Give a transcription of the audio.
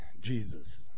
Jesus